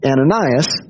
Ananias